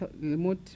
remote